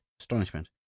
astonishment